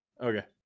Okay